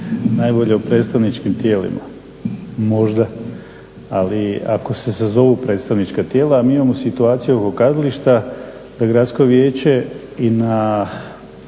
najbolja u predstavničkim tijelima, možda ali ako se sazovu predstavnička tijela a mi imamo situaciju oko kazališta da gradsko vijeće i na